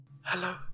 Hello